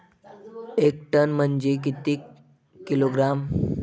एक टन म्हनजे किती किलोग्रॅम?